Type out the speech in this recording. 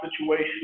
situation